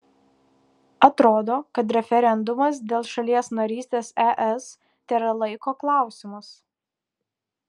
atrodo kad referendumas dėl šalies narystės es tėra laiko klausimas